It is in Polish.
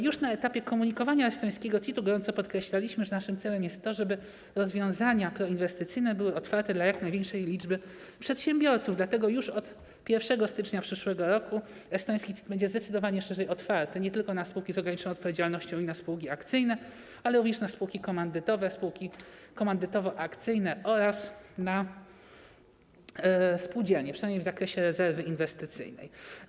Już na etapie komunikowania estońskiego CIT-u mocno podkreślaliśmy, że naszym celem jest to, żeby rozwiązania proinwestycyjne były otwarte dla jak największej liczby przedsiębiorców, dlatego już od 1 stycznia przyszłego roku estoński CIT będzie zdecydowanie szerzej otwarty, nie tylko na spółki z ograniczoną odpowiedzialnością i na spółki akcyjne, ale również na spółki komandytowe, spółki komandytowo-akcyjne oraz na spółdzielnie, przynajmniej w zakresie rezerwy inwestycyjnej.